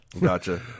Gotcha